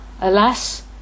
Alas